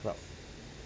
club